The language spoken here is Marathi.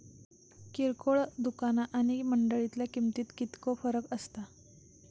किरकोळ दुकाना आणि मंडळीतल्या किमतीत कितको फरक असता?